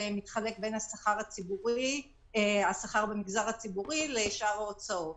מתחלק בין השכר במגזר הציבורי לשאר ההוצאות.